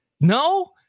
No